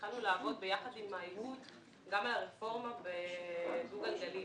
התחלנו לעבוד ביחד גם על הרפורמה בדו גלגלי.